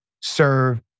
serve